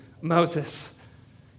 Moses